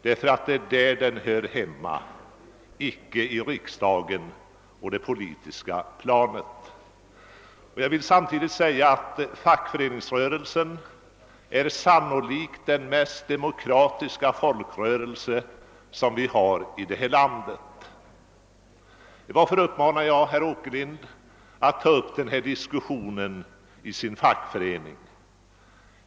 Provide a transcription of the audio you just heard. Det är där som den hör hemma, icke i riksdagen, d.v.s. på det politiska planet. Jag vill samtidigt understryka att fackföreningsrörelsen sannolikt är den mest demokratiska folkrörelse som vi har i vårt land. Varför uppmanar jag då herr Åkerlind att ta upp denna diskussion i sin fackförening?